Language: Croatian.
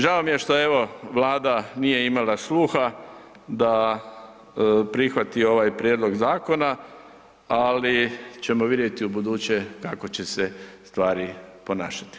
Žao mi je što evo Vlada nije imala sluha da prihvati ovaj prijedlog zakona, ali ćemo vidjeti u buduće kako će se stvari ponašati.